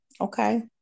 Okay